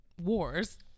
wars